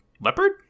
leopard